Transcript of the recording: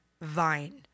vine